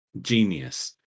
genius